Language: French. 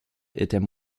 étaient